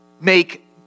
make